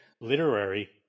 literary